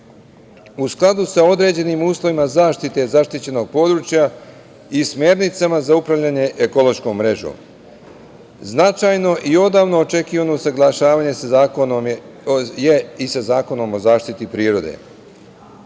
skladu sa određenim uslovima zaštite zaštićenog područja i smernicama za upravljanje ekološkom mrežom, značajno i odavno očekivano usaglašavanje je i sa Zakonom o zaštiti prirode.